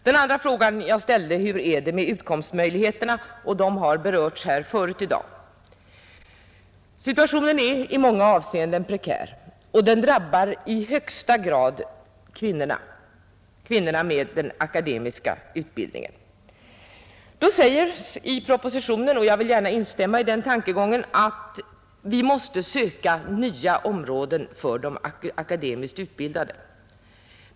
Den andra frågan gällde utkomstmöjligheterna, och de har berörts här förut i dag. Situationen är i många avseenden prekär, och den drabbar i högsta grad kvinnor med akademisk utbildning. I propositionen sägs, och jag vill gärna instämma i den tankegången, att vi måste söka nya områden för de akademiskt utbildade.